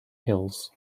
hills